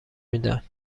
میدن